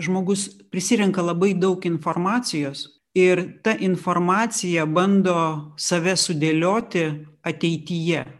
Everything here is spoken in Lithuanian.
žmogus prisirenka labai daug informacijos ir ta informacija bando save sudėlioti ateityje